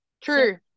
True